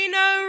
no